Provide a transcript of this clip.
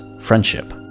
friendship